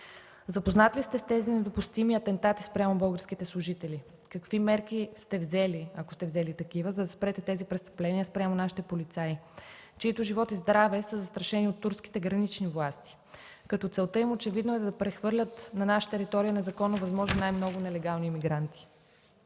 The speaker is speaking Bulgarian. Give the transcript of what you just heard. Запознат ли сте тези недопустими атентати спрямо българските служители? Какви мерки сте взели, ако сте взели такива, за да спрете тези престъпления спрямо нашите полицаи, чиито живот и здраве са застрашени от турските гранични власти, като целта им очевидно е да прехвърлят на нашата територия незаконно възможно най-много нелегални имигранти?